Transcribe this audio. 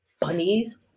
bunnies